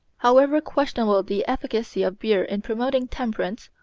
however questionable the efficacy of beer in promoting temperance,